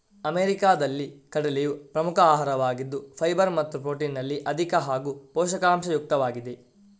ಅಮೆರಿಕಾದಲ್ಲಿ ಕಡಲೆಯು ಪ್ರಮುಖ ಆಹಾರವಾಗಿದ್ದು ಫೈಬರ್ ಮತ್ತು ಪ್ರೊಟೀನಿನಲ್ಲಿ ಅಧಿಕ ಹಾಗೂ ಪೋಷಕಾಂಶ ಯುಕ್ತವಾಗಿದೆ